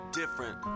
different